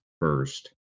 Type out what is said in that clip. first